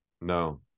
no